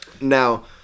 Now